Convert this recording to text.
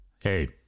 Hey